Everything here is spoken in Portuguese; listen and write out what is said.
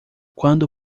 quando